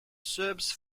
serbs